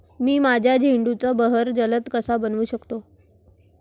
मी माझ्या झेंडूचा बहर जलद कसा बनवू शकतो?